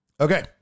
okay